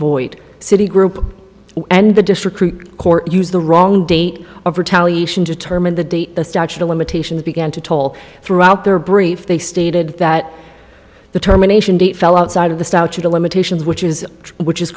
void citi group and the district court used the wrong date of retaliation determine the date the statute of limitations began to toll throughout their brief they stated that the terminations fell outside of the statute of limitations which is which is